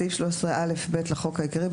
בסעיף 13א(ב) לחוק העיקרי,